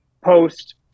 post